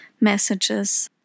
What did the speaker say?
messages